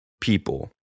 people